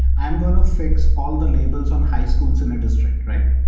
i'm going to fix all the labels on high schools in a district, right?